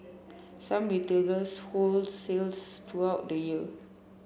some retailers hold sales throughout the year